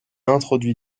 introduit